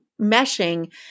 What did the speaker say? meshing